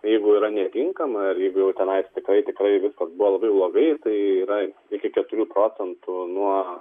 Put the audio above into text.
jeigu yra netinkama ir jeigu jau tenais tikrai tikrai viskas buvo labai blogai ir tai yra iki keturių procentų nuo